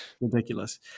ridiculous